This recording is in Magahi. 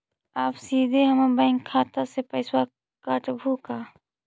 आप सीधे हमर बैंक खाता से पैसवा काटवहु का?